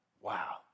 Wow